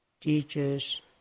teachers